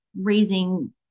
raising